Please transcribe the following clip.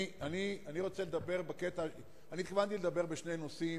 התכוונתי לדבר בשני נושאים.